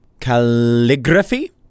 Calligraphy